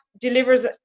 delivers